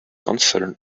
concern